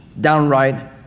downright